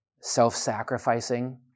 self-sacrificing